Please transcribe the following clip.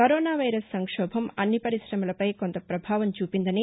corona virus సంక్షోభం అన్ని పరిశమలపై కొంత ప్రభావం చూపిందని